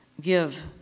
Give